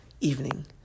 evening